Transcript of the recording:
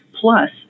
plus